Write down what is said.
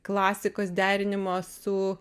klasikos derinimo su